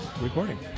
recording